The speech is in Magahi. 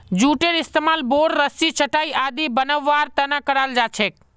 जूटेर इस्तमाल बोर, रस्सी, चटाई आदि बनव्वार त न कराल जा छेक